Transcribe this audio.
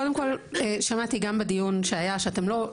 קודם כל שמעתי גם בדיון שהיה שאתם לא,